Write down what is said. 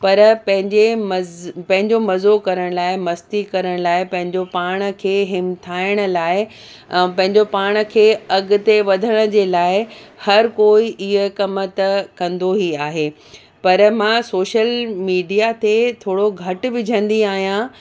पर पंहिंजे मज़ पैंजो मज़ो करण लाइ मस्ती करण लाइ पंहिंजो पाण खे हिमथाइण लाइ पंहिंजो पाण खे अॻिते वधण जे लाइ हर कोई इए कम त कंदो ई आहे पर मां सोशल मीडिया ते थोरो घटि विझंदी आहियां